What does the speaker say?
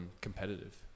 Competitive